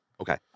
Okay